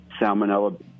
salmonella